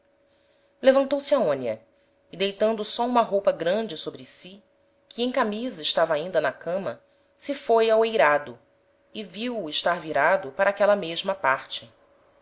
levantou-se aonia e deitando só uma roupa grande sobre si que em camisa estava ainda na cama se foi ao eirado e viu-o estar virado para aquela mesma parte